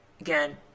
again